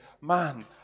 man